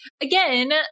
again